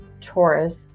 Taurus